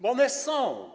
Bo one są.